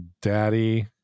daddy